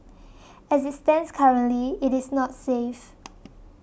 as it stands currently it is not safe